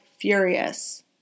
furious